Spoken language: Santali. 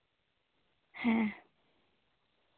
ᱦᱮᱸ